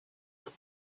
have